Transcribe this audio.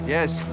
Yes